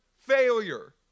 failure